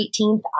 18th